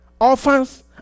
orphans